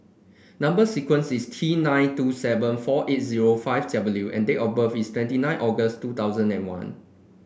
number sequence is T nine two seven four eight zero five W and date of birth is twenty nine August two thousand and one